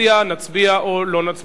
נצביע או לא נצביע.